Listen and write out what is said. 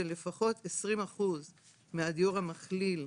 שלפחות 20% מהדיור המכליל,